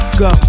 go